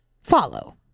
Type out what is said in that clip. follow